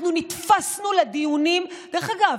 אנחנו נתפסנו לדיונים, דרך אגב,